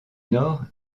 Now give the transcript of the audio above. nord